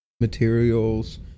materials